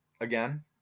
again